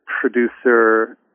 producer